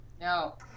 No